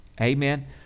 amen